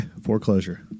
Foreclosure